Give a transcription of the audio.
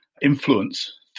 influence